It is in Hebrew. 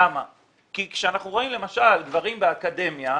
כאשר אנחנו רואים למשל גברים באקדמיה,